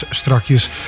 strakjes